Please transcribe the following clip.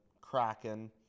Kraken